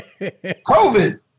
COVID